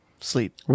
sleep